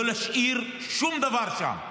לא להשאיר שום דבר שם.